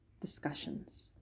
discussions